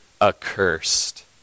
accursed